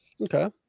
Okay